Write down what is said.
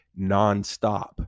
nonstop